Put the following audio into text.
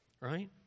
right